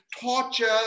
torture